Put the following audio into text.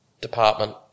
department